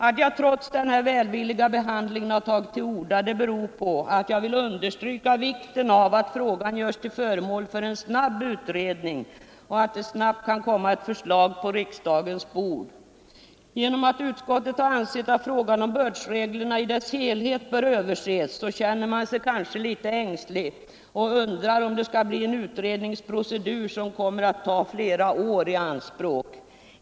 Att jag trots denna välvilliga behandling tagit till orda beror på att jag vill understryka vikten av att frågan görs till föremål för en snabb utredning och att förslaget fort kan komma på riksdagens bord. Eftersom utskottet ansett att frågan om bördsreglerna i sin helhet bör överses känner man sig kanske ängslig och undrar om det skall bli en utredningsprocedur som tar flera år i anspråk.